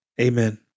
Amen